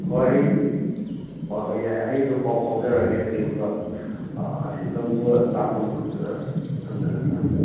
ꯍꯣꯏ ꯑꯩ ꯍꯣꯏ ꯍꯣꯏ ꯌꯥꯔꯦ ꯌꯥꯔꯦ ꯑꯩ ꯑꯗꯨꯝ ꯄꯥꯎ ꯐꯧꯖꯔꯛꯑꯒꯦ ꯑꯩꯅ ꯀꯩꯒꯨꯝꯕ ꯍꯥꯏꯗꯤ ꯂꯧꯕ ꯂꯥꯛꯄ ꯃꯤꯀꯨꯞꯇꯨꯗ ꯑꯗꯨꯝ ꯊꯝꯖ